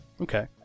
Okay